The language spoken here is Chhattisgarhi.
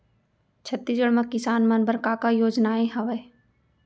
छत्तीसगढ़ म किसान मन बर का का योजनाएं हवय?